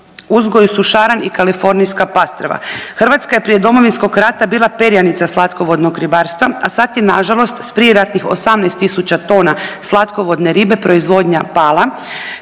uzgoju su šaran i kalifornijska pastrva. Hrvatska je prije Domovinskog rata bila perjanica slatkovodnog ribarstva, a sad je, nažalost s prijeratnih 18 tisuća tona slatkovodne ribe proizvodnja pala,